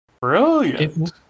Brilliant